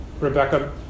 Rebecca